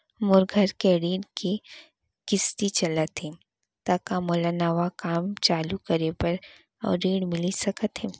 मोर घर के ऋण के किसती चलत हे ता का मोला नवा काम चालू करे बर अऊ ऋण मिलिस सकत हे?